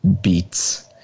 beats